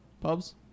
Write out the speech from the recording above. pubs